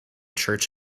church